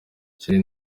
charly